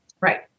Right